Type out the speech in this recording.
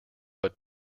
but